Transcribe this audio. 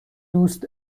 دوست